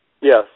Yes